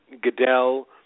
Goodell